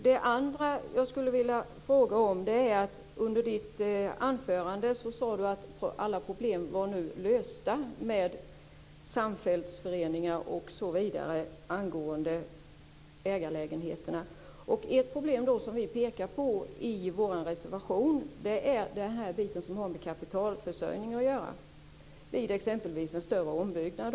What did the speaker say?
Det andra jag skulle vilja fråga om gäller det Ewa Thalén Finné sade i sitt anförande om att alla problem nu är lösta med samfällighetsföreningar osv. angående ägarlägenheterna. Ett problem som vi pekar på i vår reservation är den del som har med kapitalförsörjning att göra vid exempelvis en större ombyggnad.